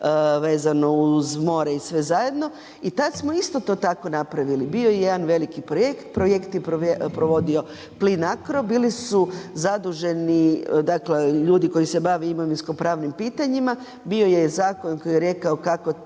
vezano uz more i sve zajedno. I tad smo isto to tako napravili. Bio je jedan veliki projekt, projekt je provodio PLINACRO. Bili su zaduženi, dakle ljudi koji se bave imovinsko-pravnim pitanjima. Bio je i zakon koji je rekao kako